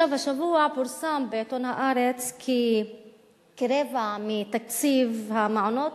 השבוע פורסם בעיתון "הארץ" כי כרבע מתקציב המעונות